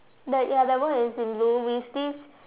the ya the room is in blue with this